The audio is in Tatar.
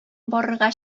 барырга